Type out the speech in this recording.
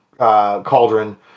Cauldron